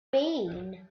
been